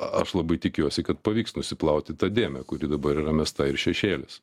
aš labai tikiuosi kad pavyks nusiplauti tą dėmę kuri dabar yra mesta ir šešėlis